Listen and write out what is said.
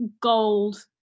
gold